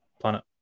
planet